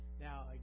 Now